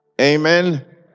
Amen